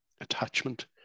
Attachment